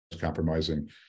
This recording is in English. compromising